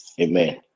Amen